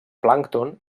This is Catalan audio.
plàncton